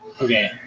Okay